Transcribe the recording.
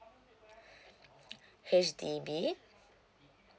H_D_B